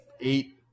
eight